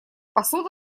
посуда